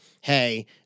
hey